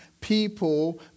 people